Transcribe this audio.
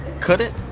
could it?